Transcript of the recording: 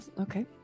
okay